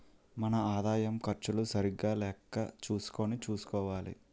మన ఆదాయం ఖర్చులు సరిగా లెక్క చూసుకుని చూసుకోవాలి